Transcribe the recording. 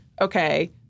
okay